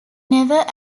never